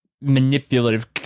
manipulative